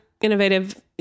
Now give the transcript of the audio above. innovative